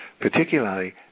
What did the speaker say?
particularly